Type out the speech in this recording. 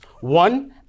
One